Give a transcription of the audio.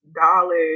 dollars